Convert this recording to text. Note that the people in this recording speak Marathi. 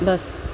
बस